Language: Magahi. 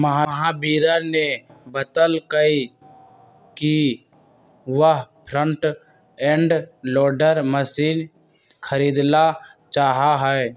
महावीरा ने बतल कई कि वह फ्रंट एंड लोडर मशीन खरीदेला चाहा हई